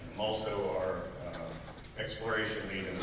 also our exploration lead